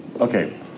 okay